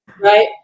Right